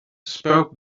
spoke